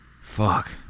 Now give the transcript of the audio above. fuck